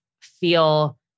feel